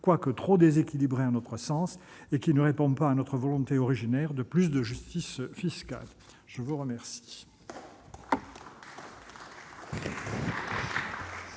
quoique trop déséquilibrée à notre sens, et qui ne répond pas à notre volonté originelle de plus de justice fiscale ! Très bien